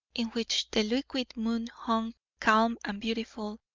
in which the liquid moon hung calm and beautiful,